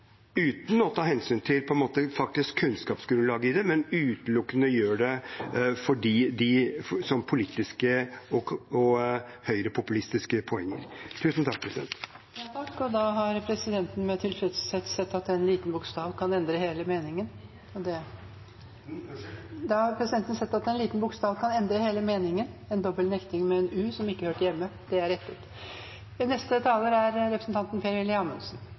uten å ta hensyn til kunnskapsgrunnlaget for det, men utelukkende gjør det ut fra politiske og høyrepopulistiske poeng. Da har presidenten med tilfredshet sett at en liten bokstav kan endre hele meningen – en dobbel nekting med en «u» som ikke hørte hjemme der. Det er rettet. Det er for så vidt en interessant diskusjon representanten